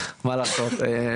מה לעשות,